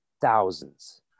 thousands